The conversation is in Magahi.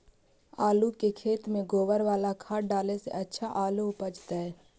आलु के खेत में गोबर बाला खाद डाले से अच्छा आलु उपजतै?